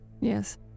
Yes